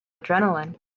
adrenaline